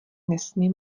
nesmí